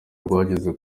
rwageze